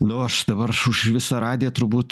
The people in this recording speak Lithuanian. nu aš dabar už visą radiją turbūt